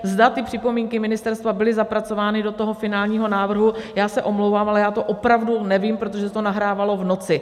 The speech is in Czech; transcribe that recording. Zda ty připomínky ministerstva byly zapracovány do finálního návrhu, já se omlouvám, ale já to opravdu nevím, protože se to nahrávalo v noci.